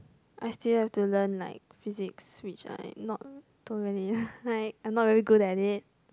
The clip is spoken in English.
I still have to learn like physics which I not don't really like I not very good at it